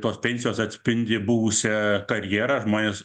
tos pensijos atspindi buvusią karjerą žmonės